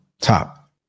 top